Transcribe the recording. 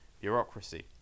bureaucracy